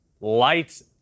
lights